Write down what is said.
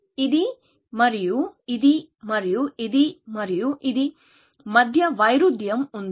ఇది మరియు ఇది మరియు ఇది మరియు ఇది మధ్య వైరుధ్యం ఉంది